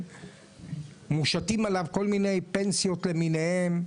מושתים עליו כל מיני פנסיות למיניהן,